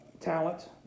talent